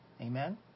Amen